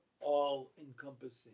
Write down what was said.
all-encompassing